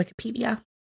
Wikipedia